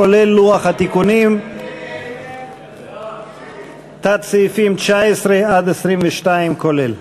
כולל לוח התיקונים, תת-סעיפים (19) (22), כולל.